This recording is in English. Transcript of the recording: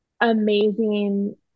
amazing